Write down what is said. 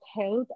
health